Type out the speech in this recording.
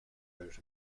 british